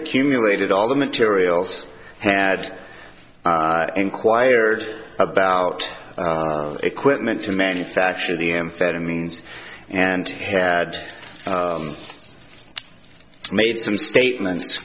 accumulated all the materials had inquired about equipment to manufacture the amphetamines and had made some statements